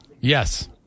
Yes